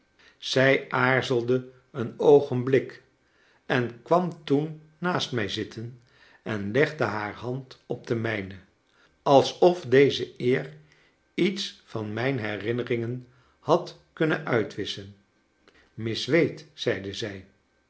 zij aarzelde een oogenblik en kwam toen naast mij zitten en legde haar hand op de mijne alsof deze eer iets van mijn herinneringen had kunnen uitwisschen miss wade zeide zij